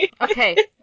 Okay